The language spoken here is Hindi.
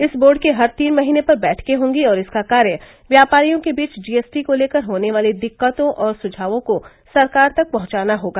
इस बोर्ड की हर तीन महीने पर बैठके होंगी और इसका कार्य व्यापारियों के बीच जीएसटी को लेकर होने वाली दिक्कतों और सुझावों को सरकार तक पहंचाना होगा